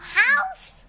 house